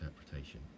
interpretation